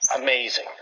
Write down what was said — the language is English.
amazing